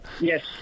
Yes